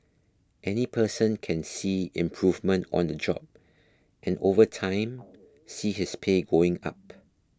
any person can see improvement on the job and over time see his pay going up